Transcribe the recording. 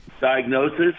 diagnosis